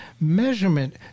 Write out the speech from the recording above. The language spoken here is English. Measurement